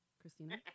Christina